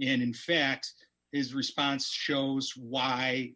and in fact is response shows why